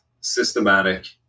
systematic